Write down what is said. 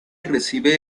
recibe